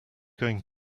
going